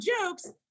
jokes